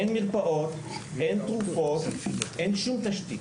אין מרפאות, אין תרופות, אין שום תשתית.